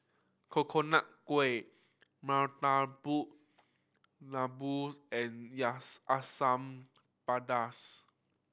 Coconut Kuih Murtabak Lembu and Asam Pedas